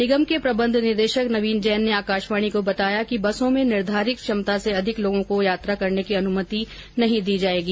निगम के प्रबंध निदेशक नवीन जैन ने आकाशवाणी को बताया कि बसों में निर्घारित क्षमता से अधिक लोगों को यात्रा करने की अनुमति नहीं दी जायेगी